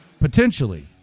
Potentially